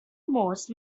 most